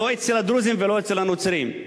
לא אצל הדרוזים ולא אצל הנוצרים.